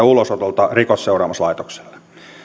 ulosotolta rikosseuraamuslaitokselle